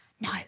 no